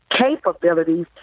capabilities